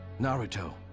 Naruto